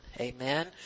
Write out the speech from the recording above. amen